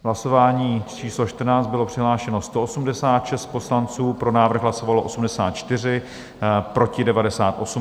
V hlasování číslo 14 bylo přihlášeno 186 poslanců, pro návrh hlasovalo 84, proti 98.